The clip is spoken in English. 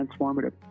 transformative